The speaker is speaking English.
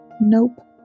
nope